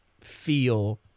feel